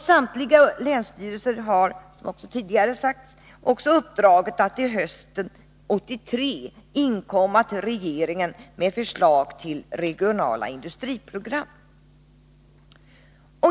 Samtliga länsstyrelser har — det har också tidigare sagts — även uppdraget att till hösten 1983 inkomma till regeringen med förslag till regionala industriprogram.